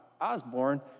Osborne